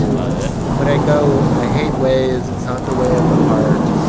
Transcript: love it but i go, i hate waze. it's not the way of the heart.